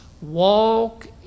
Walk